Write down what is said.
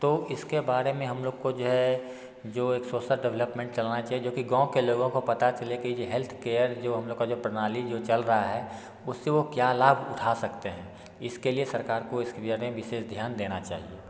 तो इसके बारे में हम लोग को जो है जो एक सोसल डेवलपमेंट चलना चाहिए जो कि गाँव के लोगों को पता चले कि जे हेल्थकेयर जो हम लोग का जो प्रणाली जो चल रहा है उससे वह क्या लाभ उठा सकते हैं इसके लिए सरकार को इस क्रिया में विशेष ध्यान देना चाहिए